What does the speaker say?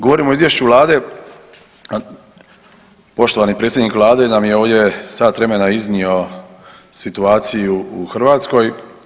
Govorimo o izvješću vlade, poštovani predsjednik Vlade nam je ovdje u sat vremena iznio situaciju u Hrvatskoj.